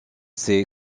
s’est